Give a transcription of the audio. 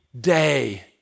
day